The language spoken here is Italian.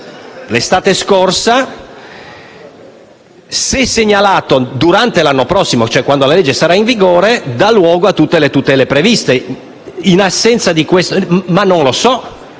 l'estate scorsa, se è segnalato nel corso dell'anno prossimo (cioè quando la legge sarà in vigore), darà luogo a tutte le tutele previste. Ma io questo